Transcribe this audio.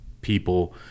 people